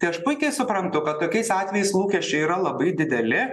tai aš puikiai suprantu kad tokiais atvejais lūkesčiai yra labai dideli